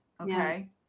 Okay